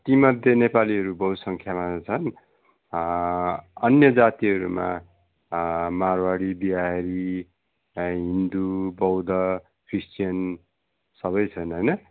तीमध्ये नेपालीहरूको बहुसङ्ख्यामा छन् अन्य जातिहरूमा मारवाडी बिहारी हिन्दू बौद्ध क्रिस्टियन सबै छन् होइन